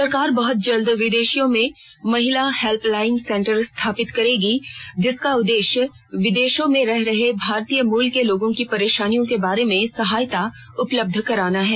सरकार बहुत जल्द विदेशों में महिला हेल्पलाइन सेंटर स्थापित करेगी जिसका उद्देश्य विदेशों में रह रहे भारतीय मूल के लोगों की परेशानियों के बारे में सहायता उपलब्ध कराना है